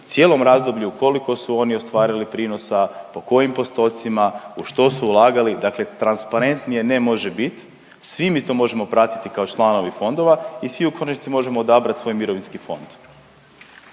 cijelom razdoblju koliko su oni ostvarili prinosa, po kojim postotcima, u što su ulagali. Dakle transparentnije ne može bit, svi mi to možemo pratiti kao članovi fondova i svi u konačnici možemo odabrat svoj mirovinski fond.